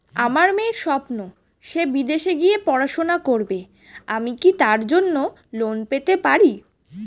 আমার মেয়ের স্বপ্ন সে বিদেশে গিয়ে পড়াশোনা করবে আমি কি তার জন্য লোন পেতে পারি?